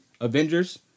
Avengers